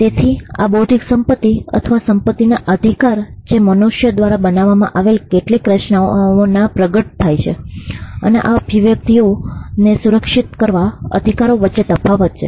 તેથી ત્યાં બૌદ્ધિક સંપત્તિ અથવા સંપત્તિના અધિકાર જે મનુષ્ય દ્વારા બનાવવામાં આવેલી કેટલીક રચનાઓમાં પ્રગટ થાય છે અને આ અભિવ્યક્તિઓને સુરક્ષિત કરતા અધિકાર વચ્ચે તફાવત છે